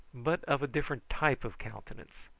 but of a different type of countenance,